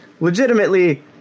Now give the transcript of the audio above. legitimately